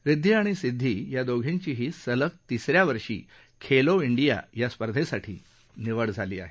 रिद्वी आणि सिद्धी या दोघींचीही सलग तिसऱ्या वर्षी खेलो इंडिया स्पर्धेसाठी निवड झाली आहे